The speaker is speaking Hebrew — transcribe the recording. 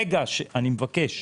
אני מבקש.